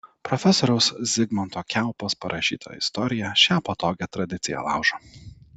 profesoriaus zigmanto kiaupos parašyta istorija šią patogią tradiciją laužo